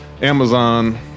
Amazon